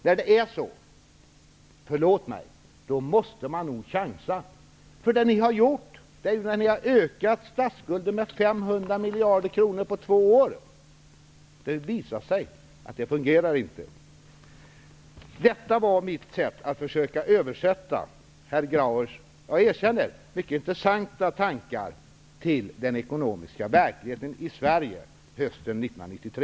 När det är så måste man, förlåt mig, chansa. Det ni har gjort är att ni har ökat statsskulden med 500 miljarder kronor på två år. Det visar sig att det inte fungerar. Detta var mitt sätt att försöka översätta herr Grauers -- jag erkänner -- mycket intressanta tankar till den ekonomiska verkligheten i Sverige hösten 1993.